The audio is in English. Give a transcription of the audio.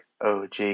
OG